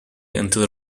until